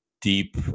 deep